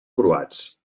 croats